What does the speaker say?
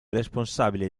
responsabile